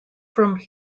from